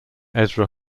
ezra